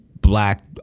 black